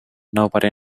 nobody